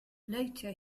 later